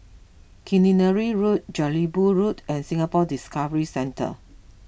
Killiney Road Jelebu Road and Singapore Discovery Centre